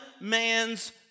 man's